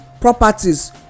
properties